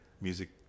music